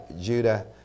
Judah